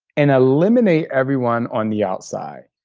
and eliminate everyone on the outside.